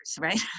right